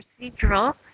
procedural